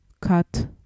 cut